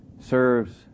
serves